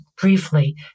briefly